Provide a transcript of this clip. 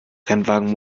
rennwagen